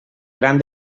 gran